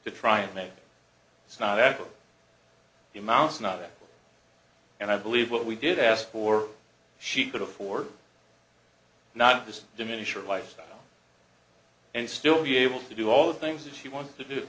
to try and maybe it's not that the amounts not that and i believe what we did ask for she could afford not to diminish your lifestyle and still be able to do all the things that she wants to do